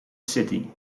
city